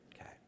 okay